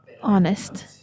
honest